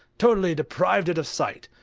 totally deprived it of sight.